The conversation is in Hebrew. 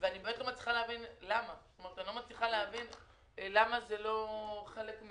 אני חושבת שהדיון הספציפי שמדבר על החרגה של